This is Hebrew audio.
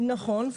נכון.